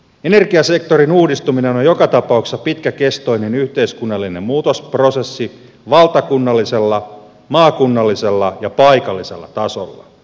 energiasektorin uudistuminen on joka tapauksessa pitkäkestoinen yhteiskunnallinen muutosprosessi valtakunnallisella maakunnallisella ja paikallisella tasolla